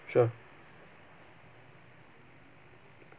sure